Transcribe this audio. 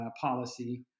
policy